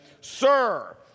Sir